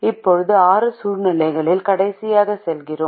இப்போது ஆறு சூழ்நிலைகளில் கடைசியாக செல்கிறோம்